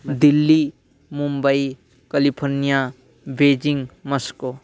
Delhi Mumbai California Beijing Moscow